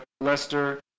Lester